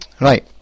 Right